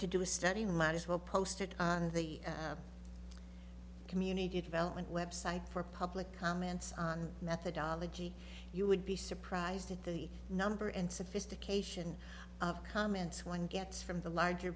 to do a study you might as well post it community development website for public comments on methodology you would be surprised at the number and sophistication of comments one gets from the larger